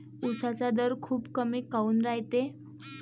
उसाचा दर खूप कमी काऊन रायते?